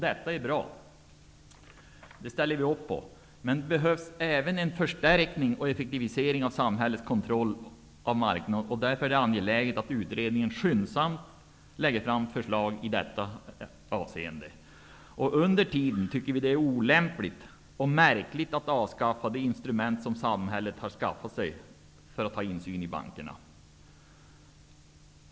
Det är bra, det ställer vi upp på. Men det behövs även en förstärkning och effektivisering av samhällets kontroll av marknaden, och därför är det angeläget att utredningen skyndsamt lägger fram förslag i detta avseende. Under tiden tycker vi att det är olämpligt och märkligt att avskaffa de instrument som samhället har skaffat sig för insyn i bankerna.